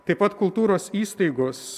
taip pat kultūros įstaigos